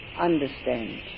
understand